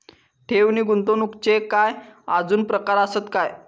ठेव नी गुंतवणूकचे काय आजुन प्रकार आसत काय?